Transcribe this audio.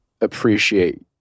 appreciate